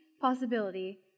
possibility